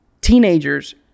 teenagers